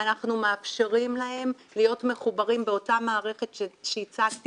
אנחנו מאפשרים להם להיות מחוברים באותה מערכת שהצגתי